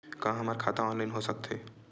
का हमर खाता ऑनलाइन हो सकथे?